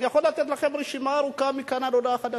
אני יכול לתת לכם רשימה ארוכה מכאן ועד הודעה חדשה.